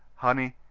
honey,